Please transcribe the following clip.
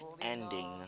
Ending